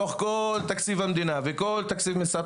מתוך כל תקציב המדינה וכל תקציב משרד